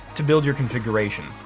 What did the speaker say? to build your configuration,